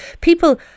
People